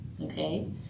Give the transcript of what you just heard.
okay